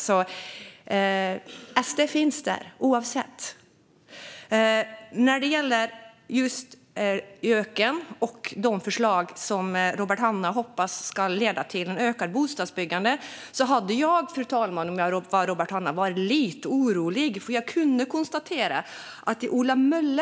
SD finns alltså där oavsett. När det gäller JÖK:en och de förslag som Robert Hannah hoppas ska leda till ett ökat bostadsbyggande hade jag varit lite orolig, fru talman, om jag hade varit Robert Hannah.